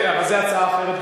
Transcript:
אבל זה הצעה אחרת,